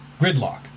Gridlock